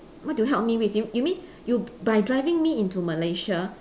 what do you help me with you you mean you by driving me into Malaysia